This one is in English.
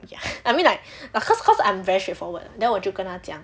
ya I mean like cause cause I'm very straightforward then 我就跟她讲